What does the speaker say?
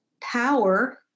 power